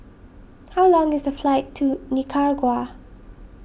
how long is the flight to Nicaragua